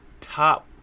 top